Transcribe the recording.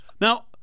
Now